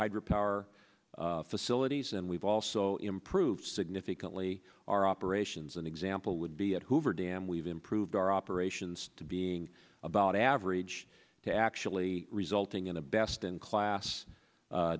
hydro power facilities and we've also improved significantly our operations an example would be at hoover dam we've improved our operations to being about average to actually resulting in the best in class